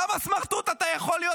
כמה סמרטוט אתה יכול להיות?